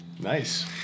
Nice